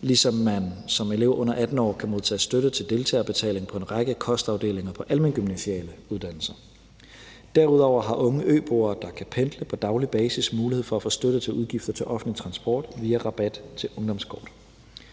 ligesom man som elev under 18 år kan modtage støtte til deltagerbetaling på en række kostafdelinger på almengymnasiale uddannelser. Derudover har unge øboere, der kan pendle på daglig basis, mulighed for at få støtte til udgifter til offentlig transport via rabat på ungdomskort.